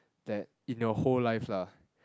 that in your whole life lah